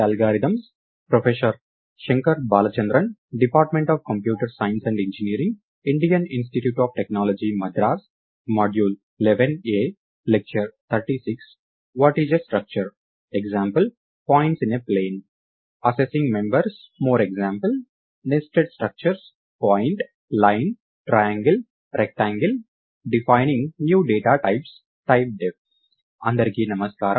అందరికీ నమస్కారం